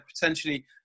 potentially